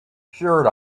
shirt